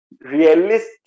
realistic